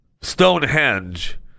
Stonehenge